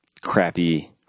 crappy –